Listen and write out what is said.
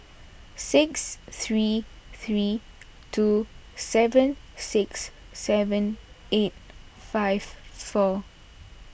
six three three two seven six seven eight five four